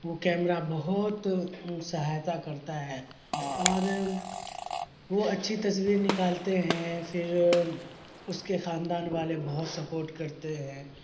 وہ کیمرہ بہت سہایتا کرتا ہے اور وہ اچھی تصویر نکالتے ہیں پھر اس کے خاندان والے بہت سپورٹ کرتے ہیں